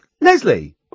Leslie